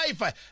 life